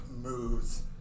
moves